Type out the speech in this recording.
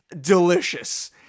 delicious